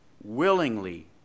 willingly